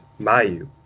Mayu